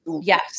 yes